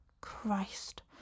Christ